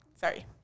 Sorry